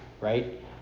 right